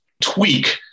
tweak